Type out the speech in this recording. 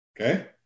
Okay